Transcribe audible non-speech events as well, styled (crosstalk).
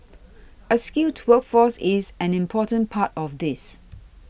(noise) a skilled workforce is an important part of this